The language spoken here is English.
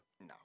No